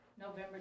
November